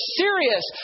serious